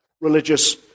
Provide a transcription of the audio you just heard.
religious